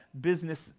business